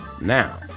Now